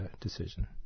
decision